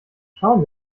schauen